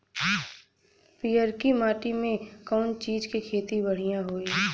पियरकी माटी मे कउना चीज़ के खेती बढ़ियां होई?